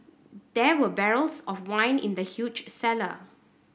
there were barrels of wine in the huge cellar